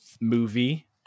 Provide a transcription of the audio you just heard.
movie